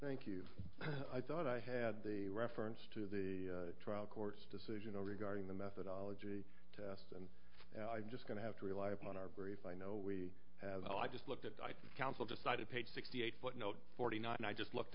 thank you i thought i had the reference to the trial court's decision or regarding the methodology test and i'm just going to have to rely upon our brief i know we have oh i just looked at the council decided page sixty eight footnote forty nine i just looked